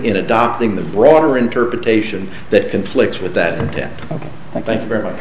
in adopting the broader interpretation that conflicts with that intent ok thank you very much